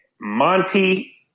Monty